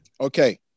Okay